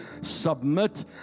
submit